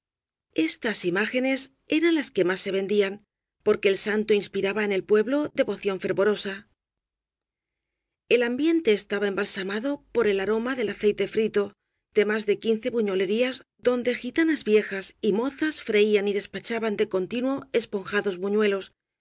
estas imágenes eran las que más se vendían porque el santo ins piraba en el pueblo devoción fervorosa el ambiente estaba embalsamado por el aroma del aceite frito de más de quince buñolerías donde gitanas viejas y mozas freían y despachaban de continuo esponjados buñuelos